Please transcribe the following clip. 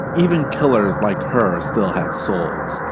even killers like her still had souls,